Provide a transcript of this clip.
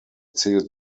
zählt